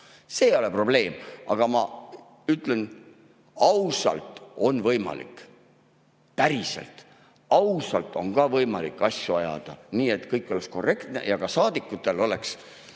See ei ole probleem. Aga ma ütlen, et ausalt on võimalik. Päriselt! Ausalt on ka võimalik asju ajada, nii et kõik oleks korrektne ja saadikutel oleks